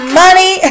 money